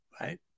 right